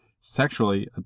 sexually